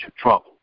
trouble